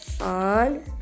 on